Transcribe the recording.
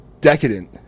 decadent